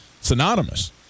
synonymous